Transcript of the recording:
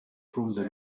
fronte